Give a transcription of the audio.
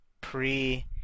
pre